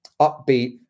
upbeat